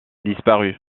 disparu